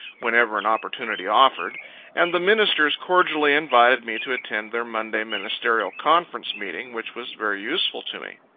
whenever an opportunity offered and the ministers cordially invited me to attend their monday ministerial conference meeting, which was very useful to me.